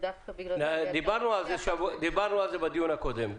דיברנו על זה בדיון הקודם.